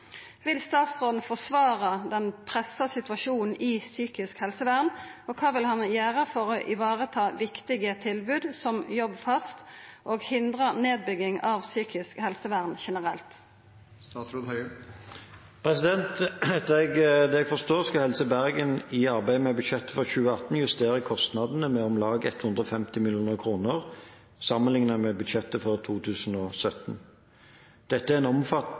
Vil statsråden forsvare den pressede situasjonen i psykisk helsevern, og hva vil han gjøre for å ivareta viktige tilbud, som Jobbfast, og hindre nedbygging av psykisk helsevern generelt?» Etter det jeg forstår, skal Helse Bergen i arbeidet med budsjettet for 2018 justere kostnadene med om lag 150 mill. kr sammenlignet med budsjettet for 2017. Dette er